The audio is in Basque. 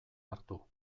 hartu